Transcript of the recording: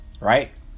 right